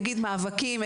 אגיד מאבקים,